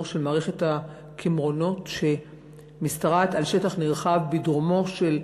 של מערכת הקמרונות שמשתרעת על שטח נרחב בדרומו של הר-הבית,